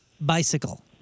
bicycle